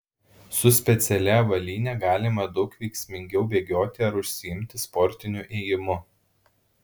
su specialia avalyne galima daug veiksmingiau bėgioti ar užsiimti sportiniu ėjimu